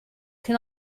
can